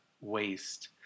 waste